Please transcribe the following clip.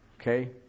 Okay